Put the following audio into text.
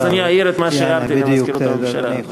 אז אני אעיר את מה שהערתי למזכירות הממשלה.